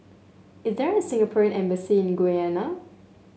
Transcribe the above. is there a Singapore Embassy in Guyana